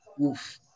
Oof